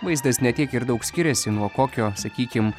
vaizdas ne tiek ir daug skiriasi nuo kokio sakykim